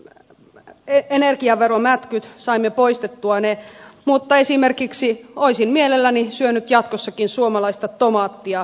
le poistettua energiaveromätkyt mutta olisin mielelläni syönyt jatkossakin esimerkiksi suomalaista tomaattia